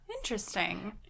Interesting